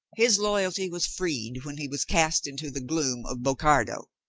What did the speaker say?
his loyalty was freed when he was cast into the gloom of bocardo.